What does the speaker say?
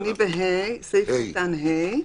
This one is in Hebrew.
אני בסעיף קטן (ה).